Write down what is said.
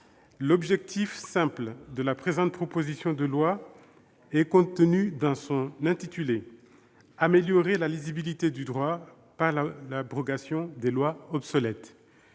L'objectif, simple, de la présente proposition de loi est contenu dans son intitulé : améliorer la lisibilité du droit par l'abrogation de lois obsolètes.